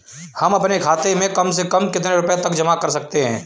हम अपने खाते में कम से कम कितने रुपये तक जमा कर सकते हैं?